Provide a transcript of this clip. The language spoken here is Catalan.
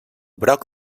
broc